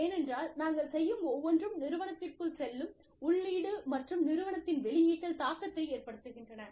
ஏனென்றால் நாங்கள் செய்யும் ஒவ்வொன்றும் நிறுவனத்திற்குள் செல்லும் உள்ளீடு மற்றும் நிறுவனத்தின் வெளியீட்டில் தாக்கத்தை ஏற்படுத்துகின்றன